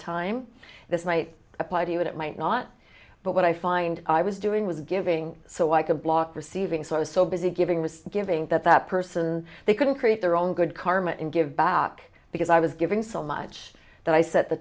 time this might apply to you it might not but what i find i was doing was giving so i could block receiving so i was so busy giving was giving that that person they couldn't create their own good karma and give back because i was giving so much that i set the